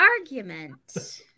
argument